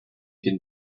can